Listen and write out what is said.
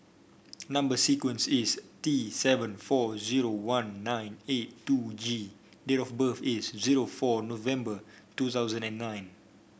number sequence is T seven four zero one nine eight two G date of birth is zero four November two thousand and nine